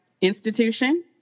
institution